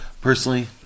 Personally